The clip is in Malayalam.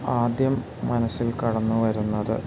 ആദ്യം മനസ്സിൽ കടന്നുവരുന്നത്